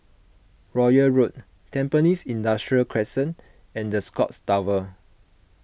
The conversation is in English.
Royal Road Tampines Industrial Crescent and the Scotts Tower